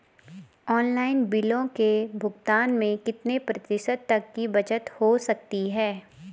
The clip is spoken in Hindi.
ऑनलाइन बिलों के भुगतान में कितने प्रतिशत तक की बचत हो सकती है?